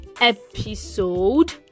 episode